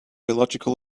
illogical